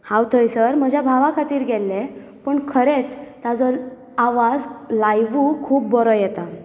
हांव थंयसर म्हज्या भावा खातीर गेल्लें पूण खरेंच ताचो आवाज लायव्हूय खूब बरो येता